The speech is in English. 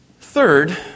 Third